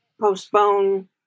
postpone